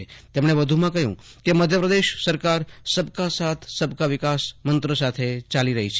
પ્રધાનમંત્રીએ કહ્યું કે મધ્યપ્રદેશ સરકાર સબકા સાથ સબકા વિકાસ મંત્ર સાથે ચાલી રહી છે